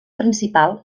principal